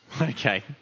Okay